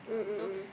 mm mm mm